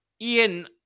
Ian